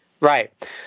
right